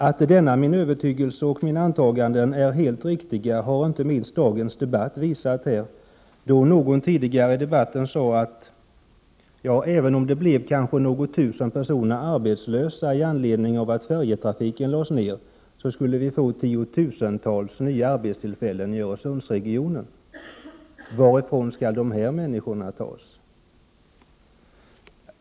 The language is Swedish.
Att denna min övertygelse och dessa mina antaganden är helt riktiga har inte minst dagens debatt visat. Någon talare sade tidigare i debatten att om något tusentals personer blir arbetslösa om färjetrafiken läggs ner, skulle vi i stället få tiotusentals nya arbetstillfällen i Öresundsregionen om en bro kommer till stånd. Varifrån skall dessa människor tas?